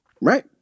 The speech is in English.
Right